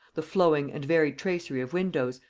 the flowing and varied tracery of windows,